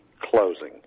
closing